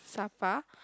SaPa